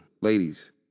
ladies